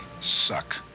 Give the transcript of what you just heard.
suck